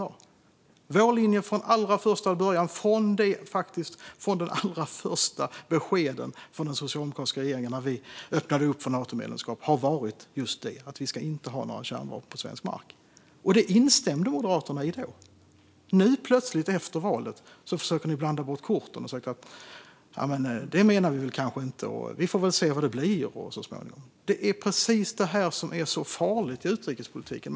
Vår linje från allra första början, från de allra första beskeden från den socialdemokratiska regeringen om att vi öppnade för Natomedlemskap, har varit just att vi inte ska ha några kärnvapen på svensk mark. Detta instämde Moderaterna i då. Nu efter valet försöker ni plötsligt blanda bort korten och säga: Så menar vi kanske inte. Vi får väl se vad det blir så småningom. Det är precis det här som är så farligt i utrikespolitiken.